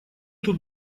тут